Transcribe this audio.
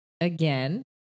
Again